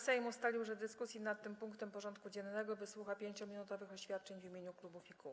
Sejm ustalił, że w dyskusji nad tym punktem porządku dziennego wysłucha 5-minutowych oświadczeń w imieniu klubów i kół.